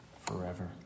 forever